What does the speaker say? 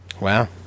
Wow